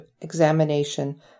examination